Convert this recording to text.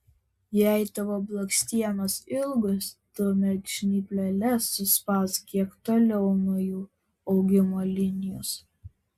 jei tavo blakstienos ilgos tuomet žnypleles suspausk kiek toliau nuo jų augimo linijos